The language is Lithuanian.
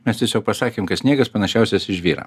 mes tiesiog pasakėm kad sniegas panašiausias į žvyrą